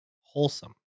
wholesome